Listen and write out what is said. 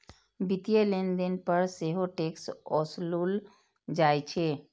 वित्तीय लेनदेन पर सेहो टैक्स ओसूलल जाइ छै